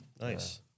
Nice